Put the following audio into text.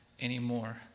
anymore